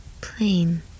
plain